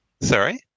Sorry